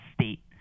state